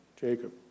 Jacob